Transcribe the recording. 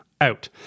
out